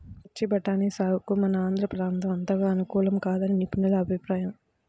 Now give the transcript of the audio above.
పచ్చి బఠానీ సాగుకు మన ఆంధ్ర ప్రాంతం అంతగా అనుకూలం కాదని నిపుణుల అభిప్రాయం